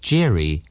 Jerry